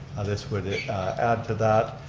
this would add to that.